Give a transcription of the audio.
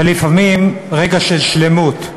ולפעמים רגע של שלמות,